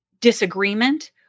disagreement